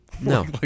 No